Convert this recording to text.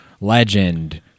legend